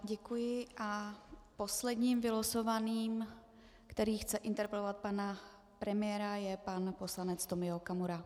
Děkuji a posledním vylosovaným, který chce interpelovat pana premiéra, je pan poslanec Tomio Okamura.